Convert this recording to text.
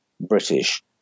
British